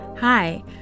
Hi